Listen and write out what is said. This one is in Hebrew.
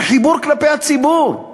של חיבור כלפי הציבור.